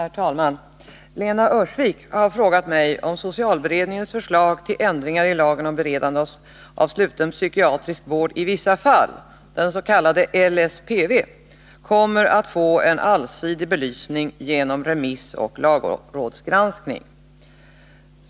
Herr talman! Lena Öhrsvik har frågat mig om socialberedningens förslag till ändringar i lagen om beredande av sluten psykiatrisk vård i vissa fall — LSPV — kommer att få en allsidig belysning genom remiss och lagrådsgranskning.